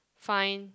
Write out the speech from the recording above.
fine